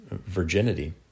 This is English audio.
virginity